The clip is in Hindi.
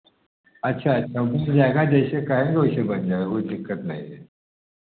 अच्छा अच्छा मिल जाएगा जैसे कहेंगे वैसे बन जाएगा कोई दिक्कत नहीं है